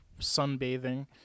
sunbathing